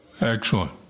Excellent